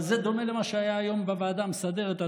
אבל זה דומה למה שהיה היום בוועדה המסדרת,